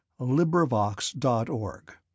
LibriVox.org